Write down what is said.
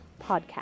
podcast